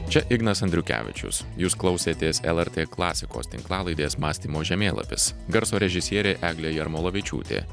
čia ignas andriukevičius jūs klausėtės lrt klasikos tinklalaidės mąstymo žemėlapis garso režisierė eglė jarmolavičiūtė